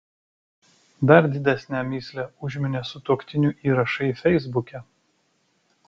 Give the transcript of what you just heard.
dar didesnę mįslę užminė sutuoktinių įrašai feisbuke